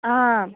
आम्